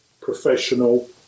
professional